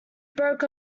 broke